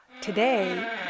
today